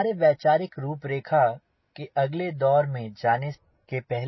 हमारे वैचारिक रूपरेखा के अगले दौर में जाने के पहले